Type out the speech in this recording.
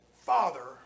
father